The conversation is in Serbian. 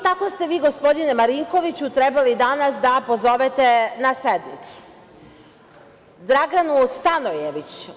Tako ste vi, gospodine Marinkoviću, trebali danas da pozovete na sednicu Draganu Stanojević.